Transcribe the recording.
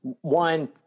one